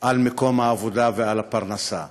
על מקום העבודה ועל הפרנסה.